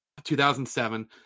2007